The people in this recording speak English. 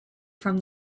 from